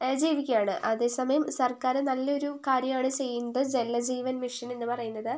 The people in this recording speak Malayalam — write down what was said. ജീവിക്കുകയാണ് അതെ സമയം സർക്കാർ നല്ലൊരു കാര്യമാണ് ചെയ്യുന്നത് ജലജീവൻ മിഷൻ എന്നു പറയുന്നത്